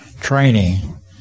training